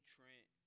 Trent